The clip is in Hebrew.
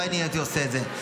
לא אני הייתי עושה את זה.